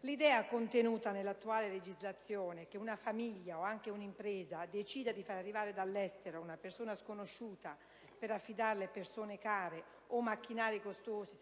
L'idea, contenuta nell'attuale legislazione, che una famiglia, o anche un'impresa, decida di far arrivare dall'estero una persona sconosciuta per affidarle persone care o macchinari costosi